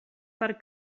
per